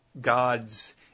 gods